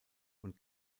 und